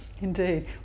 Indeed